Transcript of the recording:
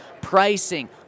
pricing